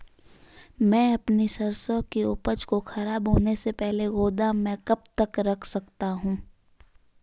मैं अपनी सरसों की उपज को खराब होने से पहले गोदाम में कब तक रख सकता हूँ?